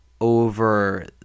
over